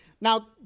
Now